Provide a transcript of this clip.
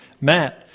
Matt